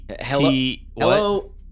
Hello